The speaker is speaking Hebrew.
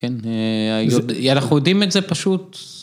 כן, אנחנו יודעים את זה פשוט.